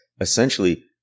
essentially